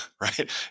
right